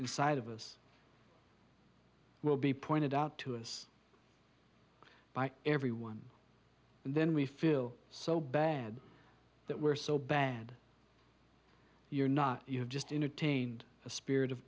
inside of us will be pointed out to us by everyone and then we feel so bad that we're so bad you're not you have just in attained a spirit of